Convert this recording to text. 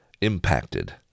impacted